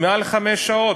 יותר מחמש שעות.